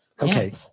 Okay